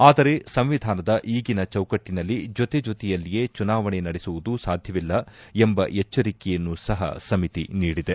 ಆದರೆ ಸಂವಿಧಾನದ ಈಗಿನ ಚೌಕಟ್ಲನಲ್ಲಿ ಜೊತೆ ಜೊತೆಯಲ್ಲಿಯೇ ಚುನಾವಣೆ ನಡೆಸುವುದು ಸಾಧ್ಯವಿಲ್ಲ ಎಂಬ ಎಚ್ಚರಿಕೆಯನ್ನು ಸಹ ಸಮಿತಿ ನೀಡಿದೆ